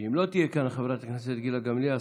ואם לא תהיה כאן חברת הכנסת גילה גמליאל,